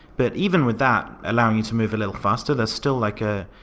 but even with that, allowing you to move a little faster, there's still like a.